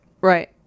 Right